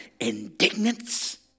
indignance